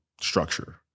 structure